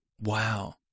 Wow